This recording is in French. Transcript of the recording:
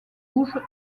rouges